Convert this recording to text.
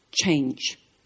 change